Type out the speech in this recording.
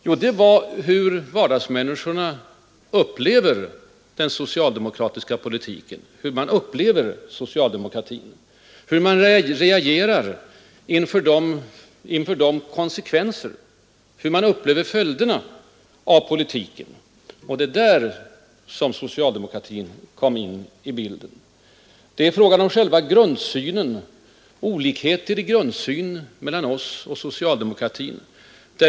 Jo, det var hur vardagsmänniskorna upplever socialdemokratin, den socialdemokratiska politiken och följderna av denna. Det var i det hänseendet som socialdemokratin kom in i bilden. Och här föreligger en klar olikhet i grundsynen mellan oss och socialdemokratin.